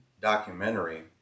documentary